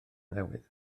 newydd